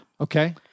Okay